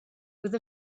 with